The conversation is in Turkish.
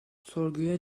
sorguya